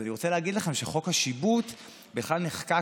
אז אני רוצה להגיד לכם שחוק השיבוט בכלל נחקק